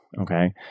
Okay